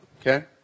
Okay